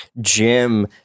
Jim